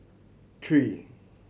three